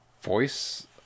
voice